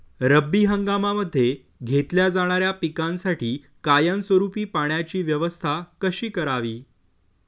रब्बी हंगामामध्ये घेतल्या जाणाऱ्या पिकांसाठी कायमस्वरूपी पाण्याची व्यवस्था कशी करावी?